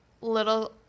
little